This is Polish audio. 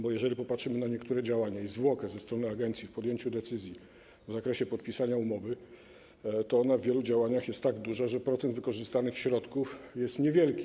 Bo jeżeli popatrzymy na niektóre działania i zwłokę ze strony agencji w podjęciu decyzji w zakresie podpisania umowy, to ona w wielu działaniach jest tak duża, że procent wykorzystanych środków jest niewielki.